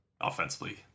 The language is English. offensively